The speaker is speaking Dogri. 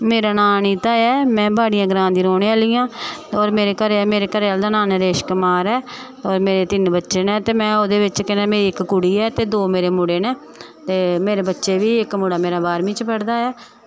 मेरा नांऽ अनिता ऐ में बाड़ियां ग्रांऽ दी रौंह्ने आह्ली आं होर मेरे घरे आह्ले दा नांऽ नरेश कुमार ऐ ते मेरे तिन्न बच्चे न ते इक्क मेरी कुड़ी ऐ ते दो मेरे मुढ़े न ते मेरे बच्चे बी इक्क मुढ़ा मेरा बारह्मीं च पढ़दा ऐ